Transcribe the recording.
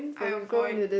I avoid